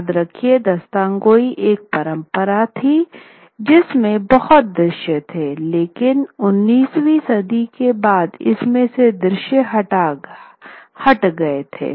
याद रखिए दास्तानगोई एक परंपरा थी जिसमें बहुत दृश्य थे लेकिन 19 सदी के बाद इसमे से दृश्य हट गए थे